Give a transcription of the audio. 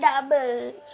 double